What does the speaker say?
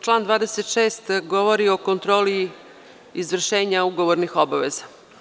Član 26. govori o kontroli izvršenja ugovornih obaveza.